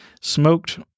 smoked